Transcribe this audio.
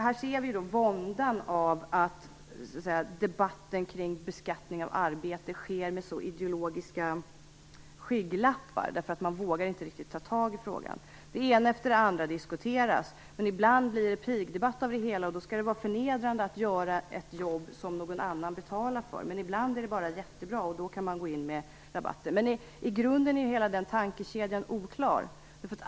Här ser vi vådan av att debatten kring beskattning av arbete sker med ideologiska skygglappar, man vågar inte riktigt ta tag i frågan. Det ena efter det andra diskuteras. Men ibland blir det pigdebatt av det hela. Då skall det vara förnedrande att göra ett jobb som någon annan betalar för. Men ibland är det bara jättebra, och då kan man gå in med rabatter. I grunden är hela den tankekedjan oklar.